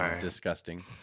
disgusting